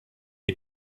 die